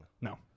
No